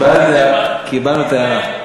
קיבלנו את ההערה.